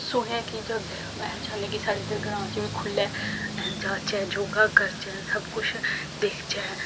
सुनेआ कि अस चाह्न्ने आं कि साढ़े इद्धर ग्रांऽ च बी खु'ल्लै अस जाच्चै योग करचै सब कुछ दिखचै